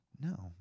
No